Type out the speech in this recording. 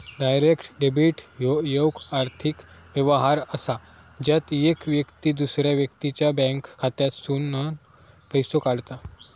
direct debit ह्यो येक आर्थिक व्यवहार असा ज्यात येक व्यक्ती दुसऱ्या व्यक्तीच्या बँक खात्यातसूनन पैसो काढता